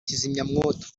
kizimyamwoto